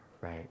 Right